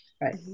right